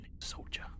soldier